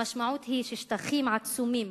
המשמעות היא ששטחים עצומים